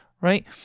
right